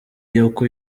y’uko